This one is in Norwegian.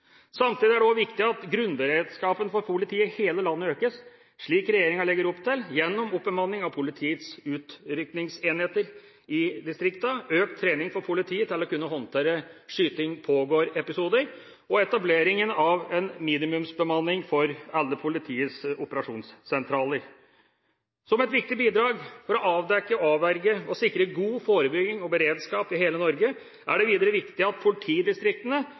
Samtidig er det også viktig at grunnberedskapen for politiet i hele landet økes, slik regjeringa legger opp til, gjennom oppbemanning av politiets utrykningsenheter i distriktene, økt trening for politiet til å kunne håndtere «skyting pågår»-episoder, og etablering av minimumsbemanning for alle politiets operasjonssentraler. Som et viktig bidrag for å avdekke, avverge og sikre god forebygging og beredskap i hele Norge er det videre viktig at politidistriktene